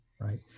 right